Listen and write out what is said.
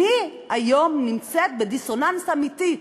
אני נמצאת היום בדיסוננס אמיתי,